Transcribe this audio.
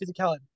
physicality